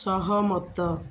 ସହମତ